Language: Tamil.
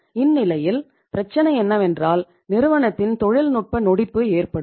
இந்நிலையில் பிரச்சனை என்னவென்றால் நிறுவனத்தின் தொழில்நுட்ப நொடிப்பு ஏற்படும்